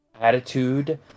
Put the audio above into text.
attitude